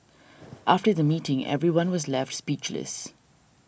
after the meeting everyone was left speechless